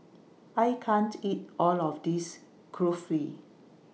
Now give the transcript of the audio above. I can't eat All of This Kulfi